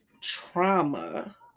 trauma